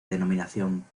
denominación